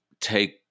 take